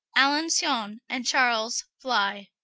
alanson, and charles flye.